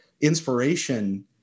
inspiration